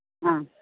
ആ